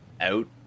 out